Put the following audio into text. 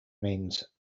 means